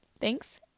thanks